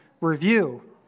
review